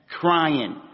Crying